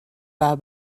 bye